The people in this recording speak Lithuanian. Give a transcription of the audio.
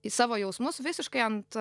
į savo jausmus visiškai ant